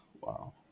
wow